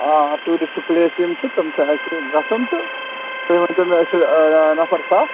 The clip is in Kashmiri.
آ ٹیوٗرِسٹ پٕلیس یِم چھِ تِم چھِ اَسہِ گژھُن تہٕ تُہۍ ؤنۍتو مےٚ أسۍ چھِ نَفر ستھ